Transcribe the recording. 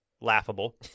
laughable